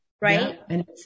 Right